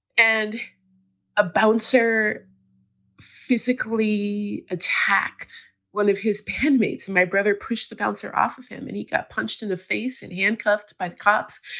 and a bouncer physically attacked one of his pen mates and my brother pushed the bouncer off of him and he got punched in the face and handcuffed by the cops,